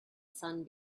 sun